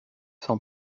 cent